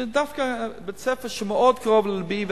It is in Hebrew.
וזה דווקא בית-ספר שמאוד קרוב ללבי,